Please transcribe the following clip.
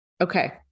Okay